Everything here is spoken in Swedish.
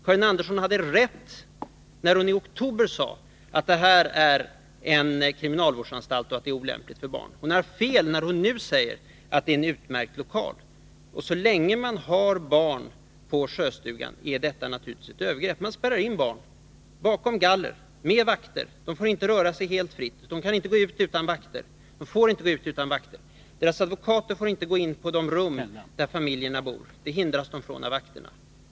Karin Andersson hade rätt när hon i oktober sade att Sjöstugan är en kriminalvårdsanstalt, och att den är olämplig för barn. Hon har fel när hon nu säger att det är en utmärkt lokal. Så länge man har barn på Sjöstugan är detta naturligtvis ett övergrepp. Man spärrar in barn bakom galler, med vakter. De får inte röra sig helt fritt, de får inte gå ut utan vakter, deras advokater får inte gå in i de rum där familjerna bor, då hindras de av vakterna.